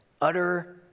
utter